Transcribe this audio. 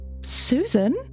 Susan